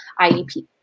IEP